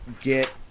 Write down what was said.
get